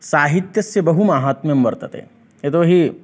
साहित्यस्य बहु माहात्म्यं वर्तते यतो हि